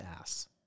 ass